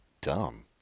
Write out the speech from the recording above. dumb